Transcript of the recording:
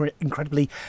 incredibly